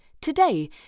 today